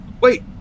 wait